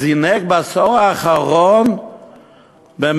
העוני זינק בעשור האחרון ב-150%.